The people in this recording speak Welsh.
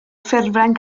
ffurflen